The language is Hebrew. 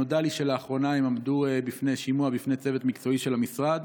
נודע לי שלאחרונה הם עמדו לשימוע בפני צוות מקצועי של המשרד.